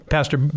Pastor